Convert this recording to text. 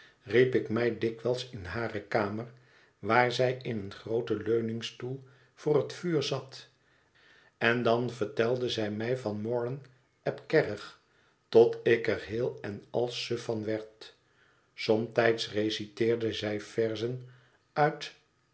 riep zij mij dikwijls in hare kamer waar zij in een grooten leuningstoel voor het vuur zat en dan vertelde zij mij van morgan ap kerrig tot ik er heel en al suf van werd somtijds reciteerde zij verzen uit